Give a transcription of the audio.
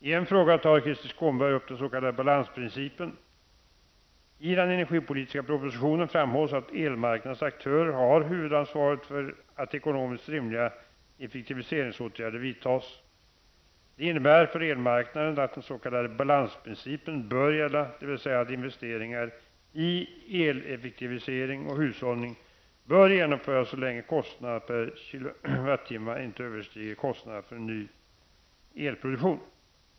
I en fråga tar Krister Skånberg upp den s.k. balansprincipen. I den energipolitiska propositionen framhålls att elmarknadens aktörer har huvudansvaret för att ekonomiskt rimliga effektiviseringsåtgärder vidtas. Det innebär för elmarknaden att den s.k. balansprincipen bör gälla, dvs. att investeringar i eleffektivisering och hushållning bör genomföras så länge kostnaderna per kilowattimme inte överstiger kostnaderna för ny elproduktion.